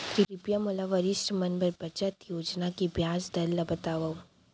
कृपया मोला वरिष्ठ मन बर बचत योजना के ब्याज दर ला बतावव